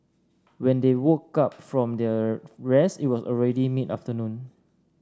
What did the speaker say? when they woke up from their rest it was already mid afternoon